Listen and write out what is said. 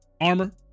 Armor